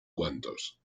cuantos